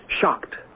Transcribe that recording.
Shocked